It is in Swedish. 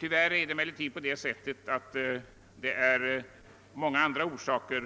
Tyvärr torde många andra faktorer